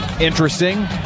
interesting